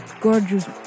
gorgeous